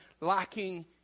lacking